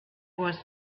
was